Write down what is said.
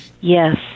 Yes